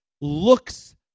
looks